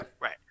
right